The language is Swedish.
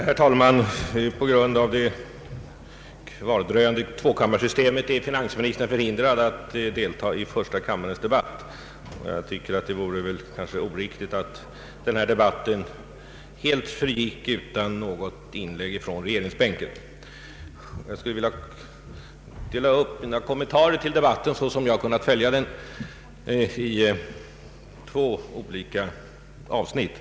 Herr talman! På grund av det kvardröjande tvåkammarsystemet är finansministern förhindrad att delta i första kammarens debatt. Det vore emellertid kanske oriktigt att den här debatten helt ägde rum utan något inlägg från regeringsbänken. Jag skulle vilja dela upp mina kommentarer till debatten — som jag har kunnat följa den — i två olika avsnitt.